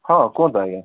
ହଁ କୁହନ୍ତୁ ଆଜ୍ଞା